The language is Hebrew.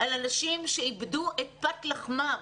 על אנשים שאיבדו את פת לחמם.